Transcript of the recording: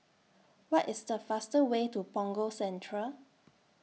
What IS The fastest Way to Punggol Central